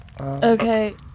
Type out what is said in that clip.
Okay